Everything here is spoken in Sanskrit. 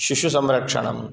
शिशुसंरक्षणं